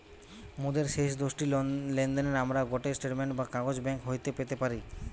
মোদের শেষ দশটি লেনদেনের আমরা গটে স্টেটমেন্ট বা কাগজ ব্যাঙ্ক হইতে পেতে পারি